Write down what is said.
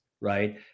right